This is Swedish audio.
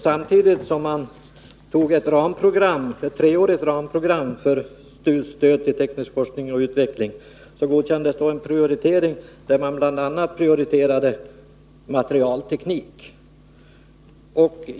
Samtidigt som man godkände ett treårigt ramprogram för stöd till teknisk forskning och utveckling prioriterade man bl.a. materialteknik.